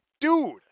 Dude